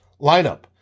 lineup